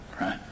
right